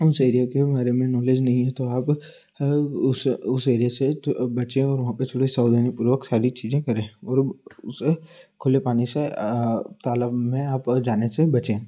उस एरिया के बारे में नॉलेज नहीं है तो आप उस उस एरिया से बचें और वहाँ पर थोड़ी सावधानीपूर्वक सारी चीज़ें करें और उसे खुले पानी से तालाब में आप जाने से बचें